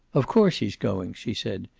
of course he's going, she said.